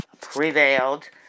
prevailed